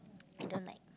I don't like